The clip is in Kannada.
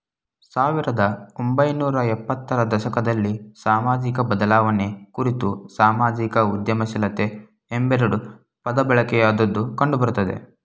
ಸಾವಿರದ ಒಂಬೈನೂರ ಎಪ್ಪತ್ತ ರ ದಶಕದಲ್ಲಿ ಸಾಮಾಜಿಕಬದಲಾವಣೆ ಕುರಿತು ಸಾಮಾಜಿಕ ಉದ್ಯಮಶೀಲತೆ ಎಂಬೆರಡು ಪದಬಳಕೆಯಾದದ್ದು ಕಂಡುಬರುತ್ತೆ